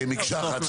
כמקשה אחת,